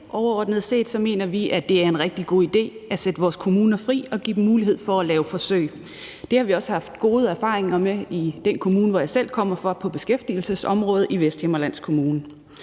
Overordnet set mener vi, at det er en rigtig god idé at sætte vores kommuner fri og give dem mulighed for at lave forsøg. Det har vi også haft gode erfaringer med på beskæftigelsesområdet i den kommune, hvor jeg selv kommer fra, altså Vesthimmerlands Kommune.